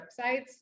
websites